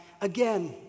again